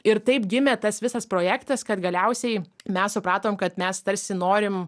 ir taip gimė tas visas projektas kad galiausiai mes supratom kad mes tarsi norim